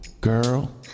Girl